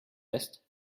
west